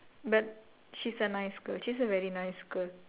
but she's a nice girl she's a very nice girl